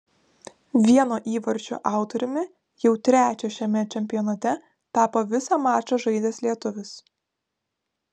vieno įvarčio autoriumi jau trečio šiame čempionate tapo visą mačą žaidęs lietuvis